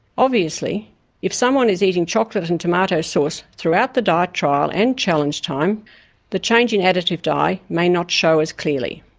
obviously if someone is eating chocolate and tomato sauce throughout the diet trial and challenge time the change in additive dye may not show clearly.